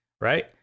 Right